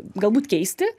galbūt keisti